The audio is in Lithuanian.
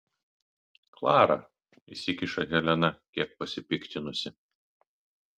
klara įsikiša helena kiek pasipiktinusi